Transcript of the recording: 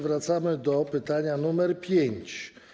Wracamy do pytania nr 5.